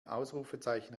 ausrufezeichen